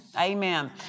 Amen